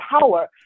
power